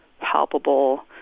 palpable